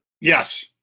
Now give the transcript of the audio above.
Yes